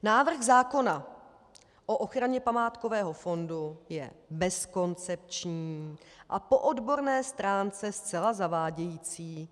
Návrh zákona o ochraně památkového fondu je bezkoncepční a po odborné stránce zcela zavádějící.